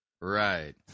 right